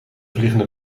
vliegende